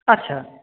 আচ্ছা